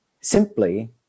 simply